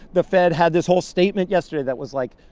the fed had this whole statement yesterday that was like,